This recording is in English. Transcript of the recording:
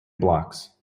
blocks